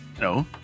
No